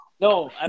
No